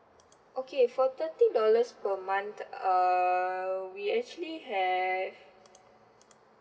okay for thirty dollars per month err we actually have